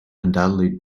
undoubtedly